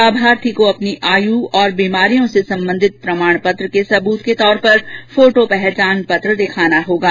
लाभार्थी को अपनी आयु और बीमारियों से संबंधित प्रमाण पत्र के सबुत के तौर पर फोटो पहचान पत्र दिखाने होंगे